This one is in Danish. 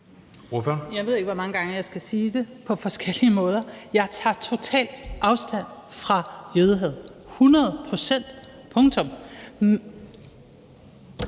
Jeg ved ikke, hvor mange gange jeg skal sige det på forskellige måder. Jeg tager totalt afstand fra jødehad. Det gør jeg hundrede